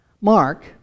Mark